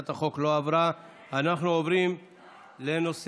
ההצעה להעביר לוועדה את הצעת חוק העונשין (תיקון,